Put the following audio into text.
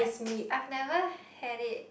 I've never had it